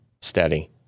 Steady